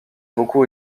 beaucoup